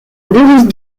boris